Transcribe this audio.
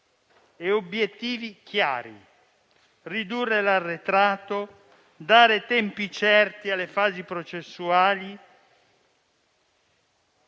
e obiettivi chiari: ridurre l'arretrato, dare tempi certi alle fasi processuali,